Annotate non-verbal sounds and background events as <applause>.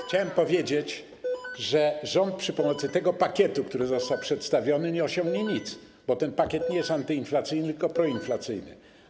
Chciałem powiedzieć, <noise> że rząd za pomocą tego pakietu, który został przedstawiony, nie osiągnie nic, bo ten pakiet nie jest antyinflacyjny, tylko proinflacyjny.